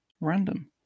random